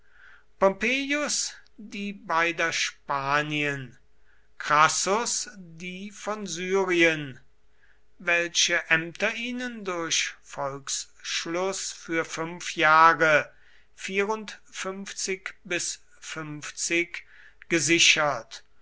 die beider spanien crassus die von syrien welche ämter ihnen durch volksschluß auf fünf jahre gesichert